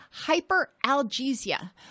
hyperalgesia